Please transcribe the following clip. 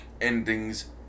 endings